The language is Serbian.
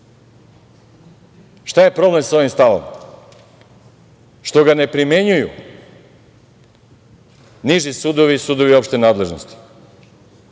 je problem sa ovim stavom? Što ga ne primenjuju niži sudovi i sudovi opšte nadležnosti.